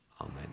Amen